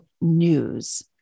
news